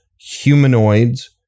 humanoids